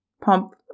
pump